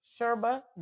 Sherba